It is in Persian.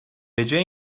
بجای